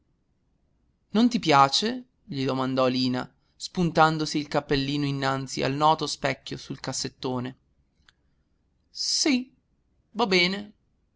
non ti piace gli domandò lina spuntandosi il cappellino innanzi al noto specchio sul cassettone sì va bene